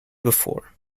before